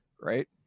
Right